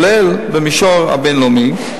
גם במישור הבין-לאומי,